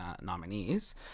nominees